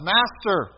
Master